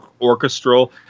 orchestral